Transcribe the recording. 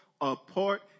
apart